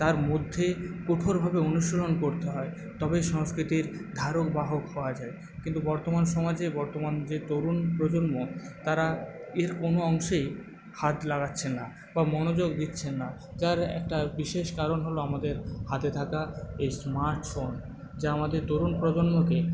তার মধ্যে কঠোরভাবে অনুশীলন করতে হয় তবেই সংস্কৃতির ধারক বাহক হওয়া যায় কিন্তু বর্তমান সমাজে বর্তমান যে তরুণ প্রজন্ম তারা এর কোনো অংশে হাত লাগাচ্ছে না বা মনোযোগ দিচ্ছেন না যার একটা বিশেষ কারণ হল আমাদের হাতে থাকা এই স্মার্টফোন যা আমাদের তরুণ প্রজন্মকে